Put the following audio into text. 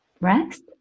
rest